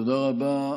תודה רבה.